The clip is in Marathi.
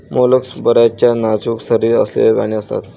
मोलस्क बर्याचदा नाजूक शरीर असलेले प्राणी असतात